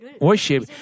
worship